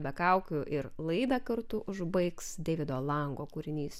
be kaukių ir laidą kartu užbaigs deivido lango kūrinys